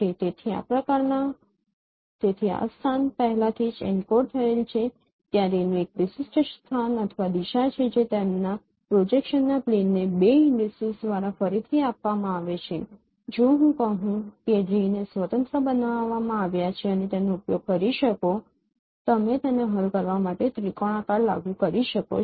તેથી આ સ્થાન પહેલાથી જ એન્કોડ થયેલ છે ત્યાં કિરણ નું એક વિશિષ્ટ સ્થાન અથવા દિશા છે જે તેમના પ્રોજેક્શનના પ્લેનના બે ઈન્ડીસિસ દ્વારા ફરીથી આપવામાં આવે છે જો હું કહું છું કે રે ને સ્વતંત્ર બનાવવામાં આવ્યા છે અને તેનો ઉપયોગ કરી શકો છો તમે તેને હલ કરવા માટે ત્રિકોણાકાર લાગુ કરી શકો છો